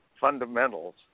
fundamentals